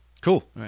cool